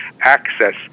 access